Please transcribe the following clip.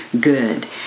good